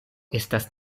estas